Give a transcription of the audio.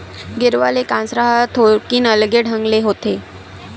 गेरवा ले कांसरा ह थोकिन अलगे ढंग ले होथे